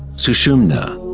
sushumna,